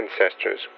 ancestors